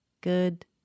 Good